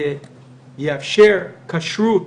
זה יאפשר כשרות